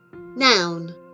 Noun